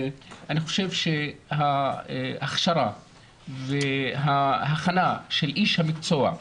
אני חושב שההכשרה וההכנה של איש המקצוע,